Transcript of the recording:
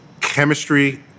chemistry